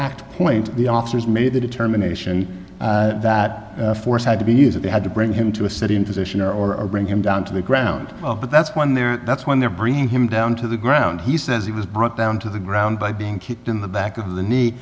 exact point the officers made the determination that force had to be used if they had to bring him to a sitting position or or or bring him down to the ground but that's when they're that's when they're bringing him down to the ground he says he was brought down to the ground by being kicked in the back of the knee